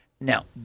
Now